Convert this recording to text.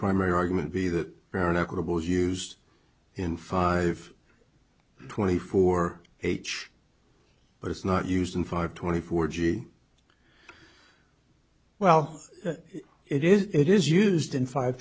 primary argument be that fair and equitable was used in five twenty four h but it's not used in five twenty four g well it is it is used in five